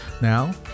Now